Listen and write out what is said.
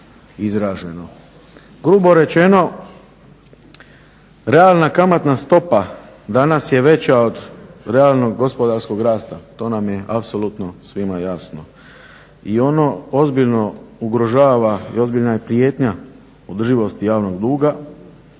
Grubo rečeno, realna kamatna stopa danas je veća od realnog gospodarskog rasta, to nam je apsolutno svima jasno i ono ozbiljno ugrožava i ozbiljna je prijetnja održivosti javnog duga